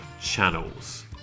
channels